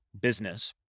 business